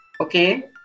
Okay